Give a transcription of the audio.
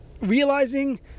realizing